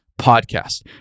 podcast